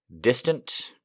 distant